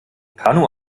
kanu